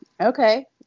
Okay